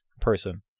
person